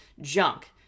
junk